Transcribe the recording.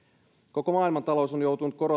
koko maailmantalous on joutunut